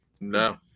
No